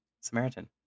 Samaritan